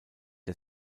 der